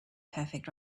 perfect